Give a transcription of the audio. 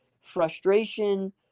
frustration